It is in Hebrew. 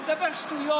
הוא מדבר שטויות,